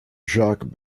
jacques